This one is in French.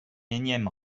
énième